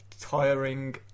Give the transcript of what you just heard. tiring